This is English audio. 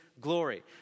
glory